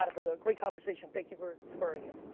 but brother. great conversation, thank you for spurring it.